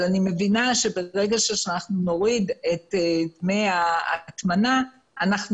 אבל אני מבינה שברגע שנוריד את דמי ההטמנה אנחנו